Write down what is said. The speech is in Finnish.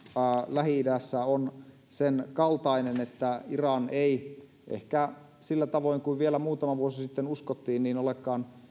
lähi idässä on sen kaltainen että iran ei ehkä sillä tavoin kuin vielä muutama vuosi sitten uskottiin olekaan